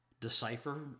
decipher